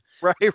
Right